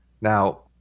Now